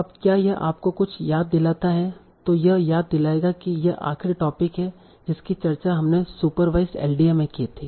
अब क्या यह आपको कुछ याद दिलाता है तों यह याद दिलाएगा कि यह आखिरी टोपिक है जिसकी चर्चा हमने सुपरवाईसड एलडीए में की थी